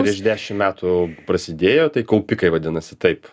prieš dešimt metų prasdėjo tai kaupikai vadinasi taip